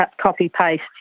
copy-paste